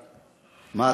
מה,